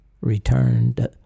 returned